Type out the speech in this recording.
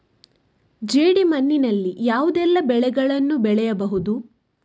ಜೇಡಿ ಮಣ್ಣಿನಲ್ಲಿ ಯಾವುದೆಲ್ಲ ಬೆಳೆಗಳನ್ನು ಬೆಳೆಯಬಹುದು?